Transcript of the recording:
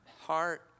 heart